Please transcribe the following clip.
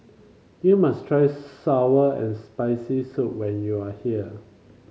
you must try sour and Spicy Soup when you are here